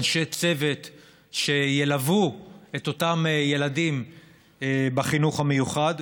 באנשי צוות שילוו את אותם ילדים בחינוך המיוחד.